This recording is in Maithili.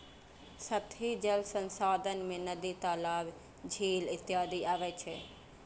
सतही जल संसाधन मे नदी, तालाब, झील इत्यादि अबै छै